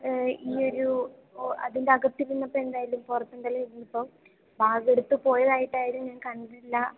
ഈ ഒരു അതിൻ്റകത്തു ഇരുന്നപ്പോൾ എന്തായാലും പുറത്തെന്തായാലും ഇരുന്നപ്പോൾ ബാഗ് എടുത്ത് പോയതായിട്ടാരും ഞാൻ കണ്ടില്ല